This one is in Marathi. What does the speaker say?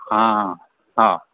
हां हां